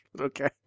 Okay